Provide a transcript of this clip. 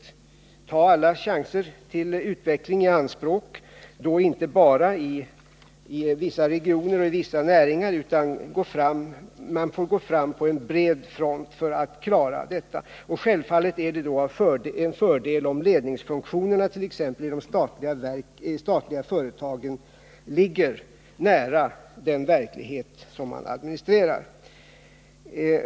Vi måste ta vara på alla möjligheter till utveckling och då inte bara i vissa regioner och näringar. Man får gå fram på bred front för att klara detta. Självfallet är det då en fördel om ledningsfunktionerna t.ex. i statliga företag ligger nära den verklighet som man administrerar.